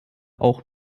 auch